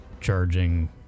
charging